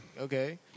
Okay